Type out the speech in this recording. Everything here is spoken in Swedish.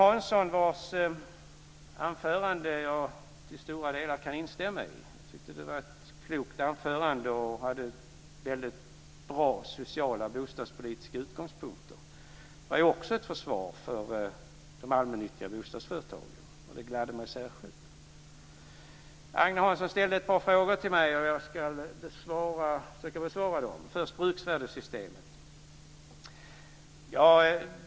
Jag kan till stora delar instämma i Agne Hanssons anförande. Det var ett klokt anförande med väldigt bra sociala bostadspolitiska utgångspunkter. Det var också ett försvar för de allmännyttiga bostadsföretagen, och det gladde mig särskilt. Agne Hansson ställde ett par frågor till mig, och jag ska försöka besvara dem. Först gällde det bruksvärdessystemet.